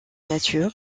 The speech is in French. nature